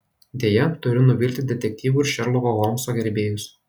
deja turiu nuvilti detektyvų ir šerloko holmso gerbėjus